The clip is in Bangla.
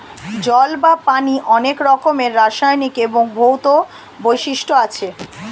জল বা পানির অনেক রকমের রাসায়নিক এবং ভৌত বৈশিষ্ট্য আছে